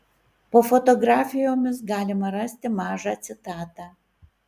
po fotografijomis galima rasti mažą citatą